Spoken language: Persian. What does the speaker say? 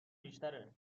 بیشتره